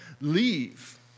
leave